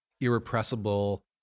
irrepressible